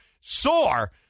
Sore